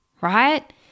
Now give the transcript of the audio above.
right